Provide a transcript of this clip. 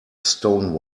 stone